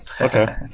okay